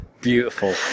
beautiful